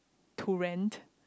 to rent